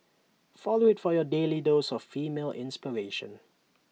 follow IT for your daily dose of female inspiration